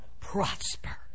prosper